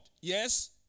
Yes